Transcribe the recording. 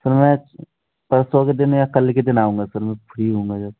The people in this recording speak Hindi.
सर मैं परसों के दिन या कल के दिन आऊँगा सर मैं फ्री हूँगा जब